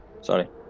sorry